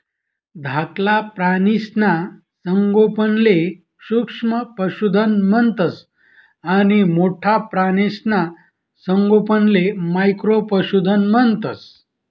धाकला प्राणीसना संगोपनले सूक्ष्म पशुधन म्हणतंस आणि मोठ्ठा प्राणीसना संगोपनले मॅक्रो पशुधन म्हणतंस